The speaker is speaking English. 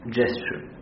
gesture